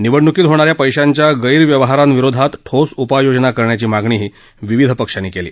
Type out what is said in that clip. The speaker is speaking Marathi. निवडणुकीत होणा या पैशांच्या गैरव्यवहारांविरोधात ठोस उपाय योजना करण्याची मागणीही विविध पक्षांनी केली